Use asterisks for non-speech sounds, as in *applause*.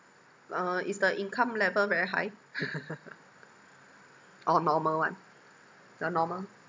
uh is the income level very high *laughs* or normal one the normal